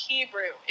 Hebrew